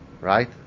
Right